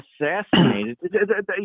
assassinated